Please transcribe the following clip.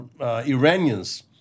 Iranians